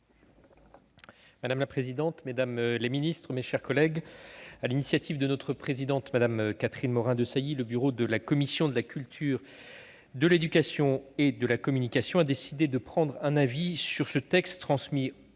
Madame la présidente, mesdames les ministres, mes chers collègues, sur l'initiative de sa présidente, Mme Catherine Morin-Desailly, le bureau de la commission de la culture, de l'éducation et de la communication a décidé de rendre un avis sur ce texte, transmis